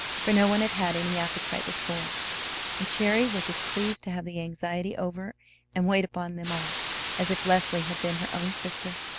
for no one had had any appetite before and cherry was as pleased to have the anxiety over and wait upon them all as if leslie had been her own sister.